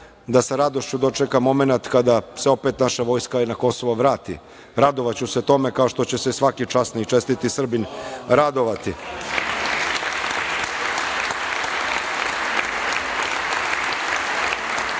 da sa radošću dočekam momenat kada se opet naša vojsko i na Kosovo vrati. Radovaću se tome kao što će se svaki časni i čestiti Srbin radovati. To